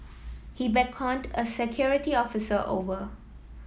he beckoned a security officer over